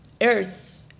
earth